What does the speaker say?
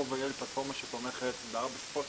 gov.il היא פלטפורמה שתומכת בארבע שפות,